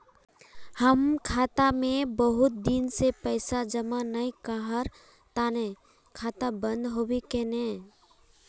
हम खाता में बहुत दिन से पैसा जमा नय कहार तने खाता बंद होबे केने?